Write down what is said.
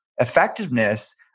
effectiveness